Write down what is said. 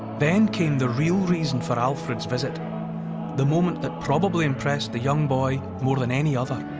then came the real reason for alfred's visit the moment that probably impressed the young boy more than any other.